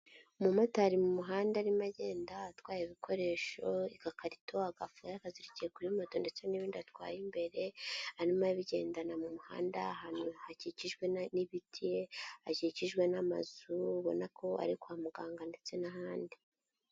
Umumotari mu muhanda arimo agenda, atwaye ibikoresho, agakarito, agafuka yakazirikiye kuri moto ndetse n'ibindi atwaye imbere, arimo abigenana mu muhanda, ahantu hakikijwe n'ibiti, hakikijwe n'amazu, ubona ko ari kwa muganga ndetse n'ahandi.